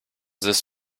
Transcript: this